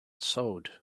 sewed